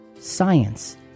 science